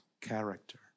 character